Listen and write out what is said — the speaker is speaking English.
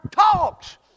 talks